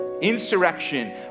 insurrection